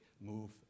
move